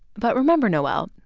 but remember, noel,